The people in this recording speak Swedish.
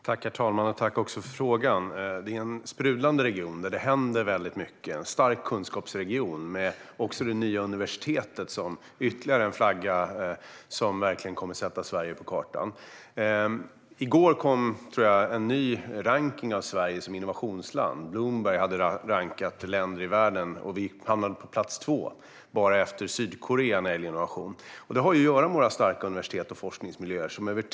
Herr talman! Jag vill tacka för frågan. Det är en sprudlande och stark kunskapsregion där det händer väldigt mycket. Och det nya universitetet är ytterligare en flagga som kommer att sätta Sverige på kartan. Jag tror att det var i går som det kom en ny rankning från Bloomberg över innovationsländer i världen. Och Sverige hamnade på plats två. Vi är bara efter Sydkorea när det gäller innovation. Det har med våra starka universitet och forskningsmiljöer att göra.